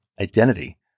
identity